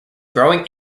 growing